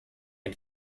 and